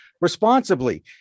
responsibly